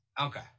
okay